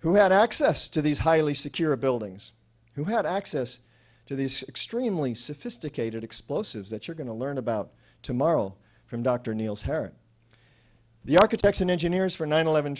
who had access to these highly secure buildings who had access to these extremely sophisticated explosives that you're going to learn about tomorrow from dr neil heron the architects and engineers for nine eleven